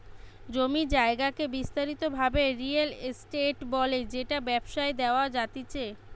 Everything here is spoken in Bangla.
জমি জায়গাকে বিস্তারিত ভাবে রিয়েল এস্টেট বলে যেটা ব্যবসায় দেওয়া জাতিচে